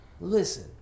Listen